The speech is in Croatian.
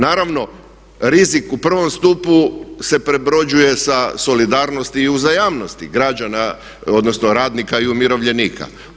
Naravno rizik u prvom stupu se prebrođuje sa solidarnosti i uzajamnosti građana odnosno radnika i umirovljenika.